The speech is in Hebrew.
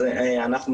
אז אנחנו מבקשים,